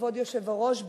כבוד היושב-ראש,